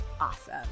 awesome